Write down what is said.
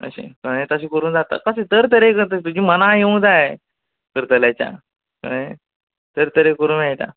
अशें कळ्ळें तशें करूं जाता तशें तर तरेन तुजें मनांत येवूं जाय करतल्याच्या कळ्ळें तर तरेन करूं मेळटा